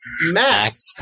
Max